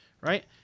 right